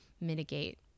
mitigate